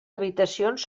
habitacions